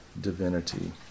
divinity